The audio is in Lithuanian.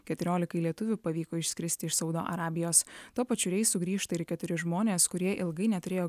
keturiolikai lietuvių pavyko išskristi iš saudo arabijos tuo pačiu reisu grįžta ir keturi žmonės kurie ilgai neturėjo